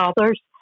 others